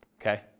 Okay